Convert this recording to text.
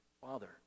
father